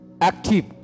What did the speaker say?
active